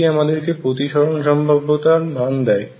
এটি আমাদেরকে প্রতিসরণ সম্ভাব্যতার মান দেয়